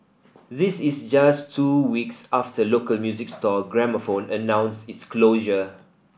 this is just two weeks after local music store Gramophone announced its closure